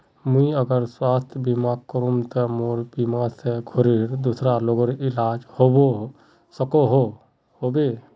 मुई अगर स्वास्थ्य बीमा करूम ते मोर बीमा से घोरेर दूसरा लोगेर इलाज होबे सकोहो होबे?